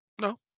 No